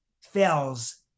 fails